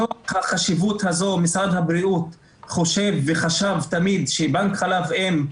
מתוך החשיבות הזו משרד הבריאות חושב וחשב תמיד שבנק חלב אם,